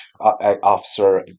officer